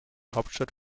hauptstadt